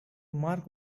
mark